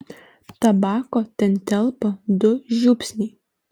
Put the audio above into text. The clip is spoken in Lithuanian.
tabako ten telpa du žiupsniai